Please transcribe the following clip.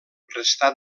restà